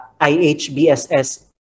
IHBSS